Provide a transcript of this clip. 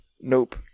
Nope